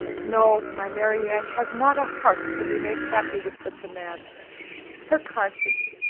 no my marianne has not a heart to be made happy with such a man her conscience,